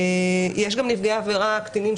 יש גם נפגעי עבירה קטינים,